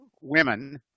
women